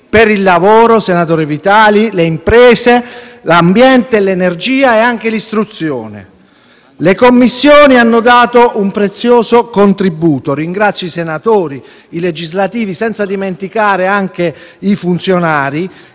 rivolgo al senatore Vitali - le imprese, l'ambiente, l'energia e anche l'istruzione. Le Commissioni hanno dato un prezioso contributo; ringrazio i senatori e i collaboratori legislativi, senza dimenticare i funzionari,